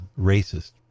racist